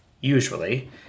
usually